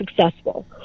successful